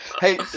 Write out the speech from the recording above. Hey